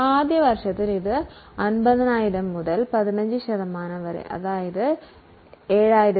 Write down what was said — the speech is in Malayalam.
ആദ്യ വർഷത്തിൽ 50000 ത്തിന്റെ 15 ശതമാനം 7500 ആണ്